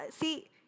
See